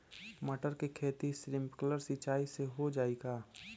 मटर के खेती स्प्रिंकलर सिंचाई से हो जाई का?